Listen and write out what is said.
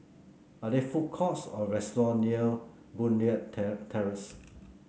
are there food courts or restaurant near Boon Leat Terrace